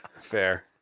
Fair